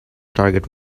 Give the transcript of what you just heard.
target